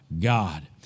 God